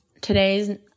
today's